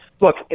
look